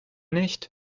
nicht